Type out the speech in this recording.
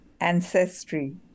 ancestry